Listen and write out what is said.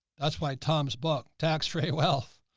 that's why tom's book tax free wealth,